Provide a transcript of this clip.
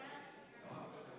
בעד.